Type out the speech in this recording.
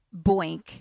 Boink